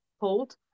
hold